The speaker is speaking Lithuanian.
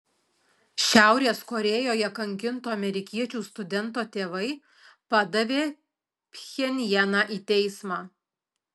šiaurės korėjoje kankinto amerikiečių studento tėvai padavė pchenjaną į teismą